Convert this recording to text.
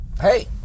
hey